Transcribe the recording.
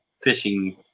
fishing